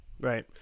Right